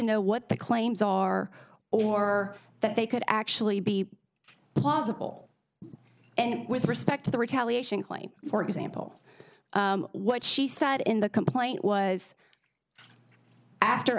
know what the claims are or that they could actually be plausible with respect to the retaliation claim for example what she said in the complaint was after